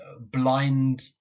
blind